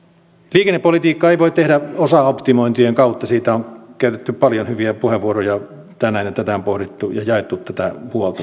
liikennepolitiikkaa ei voi tehdä osaoptimointien kautta siitä on käytetty paljon hyviä puheenvuoroja tänään ja tätä on pohdittu ja tätä puolta